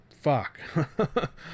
fuck